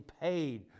paid